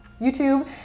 YouTube